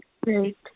great